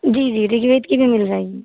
जी जी ऋग्वेद की भी मिल जाएगी